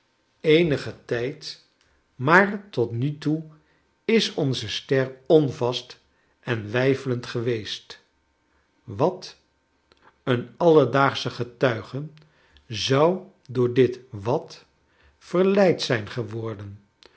eenigen tijd maar tot nu toe is onze ster onvast en weifelend geweest wat een alledaagsche getuige zou door dit wat verleid zijn geworden